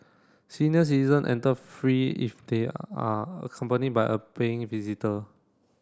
senior citizen enter free if they are accompanied by a paying visitor